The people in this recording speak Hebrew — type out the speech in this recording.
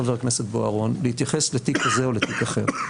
חבר הכנסת בוארון להתייחס לתיק כזה או לתיק אחר.